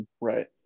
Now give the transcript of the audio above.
right